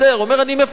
אומר: אני פוחד,